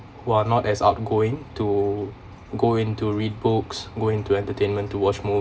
who are not as outgoing to go into read books go into entertainment to watch mov~